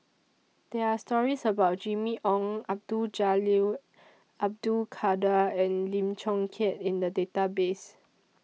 There Are stories about Jimmy Ong Abdul Jalil Abdul Kadir and Lim Chong Keat in The Database